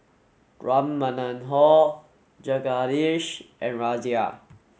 Ram Manohar Jagadish and Razia